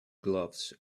gloves